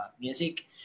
music